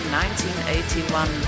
1981